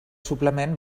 suplement